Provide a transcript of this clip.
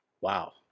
Wow